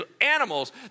animals